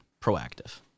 proactive